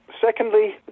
Secondly